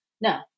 no